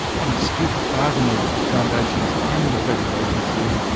an astute bargainer with the foundations and the federal agencies,